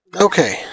Okay